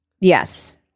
Yes